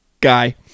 guy